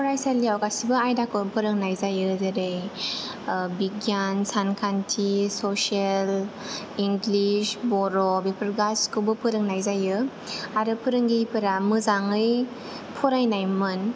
फरायसालियाव गासिबो आयदाखौ फोरोंनाय जायो जेरै बिगियान सानखान्थि ससिसेल इंलिस बर' बेफोर गासिखौबो फोरोंनाय जायो आरो फोरोंगिरिफोरा मोजाङै फरायनाय मोन